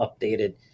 updated